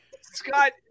Scott